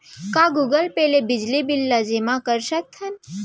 का Google Pay ले बिजली बिल ल जेमा कर सकथन?